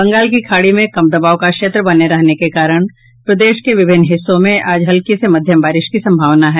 बंगाल की खाड़ी में कम दबाव का क्षेत्र बनने के कारण प्रदेश के विभिन्न हिस्सों में आज हल्की से मध्यम बारिश की संभावना है